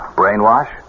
brainwash